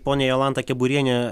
ponia jolanta keburiene